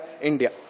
India